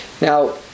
Now